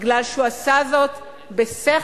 מפני שהוא עשה זאת בשכל,